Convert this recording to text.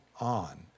on